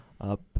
up